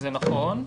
זה נכון.